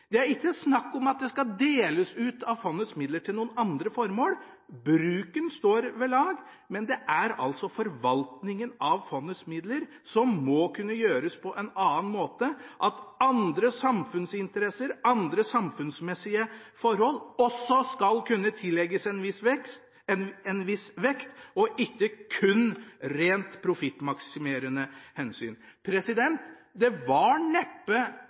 Det er ikke snakk om at det skal deles ut av fondets midler til noen andre formål. Bruken står ved lag, men det er forvaltningen av fondets midler som må kunne gjøres på en annen måte. Andre samfunnsinteresser, andre samfunnsmessige forhold skal også kunne tillegges en viss vekt, ikke kun rent profittmaksimerende hensyn. Eidsvollsmennene tenkte neppe